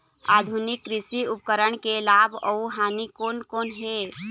आधुनिक कृषि उपकरण के लाभ अऊ हानि कोन कोन हे?